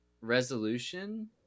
resolution